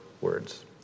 words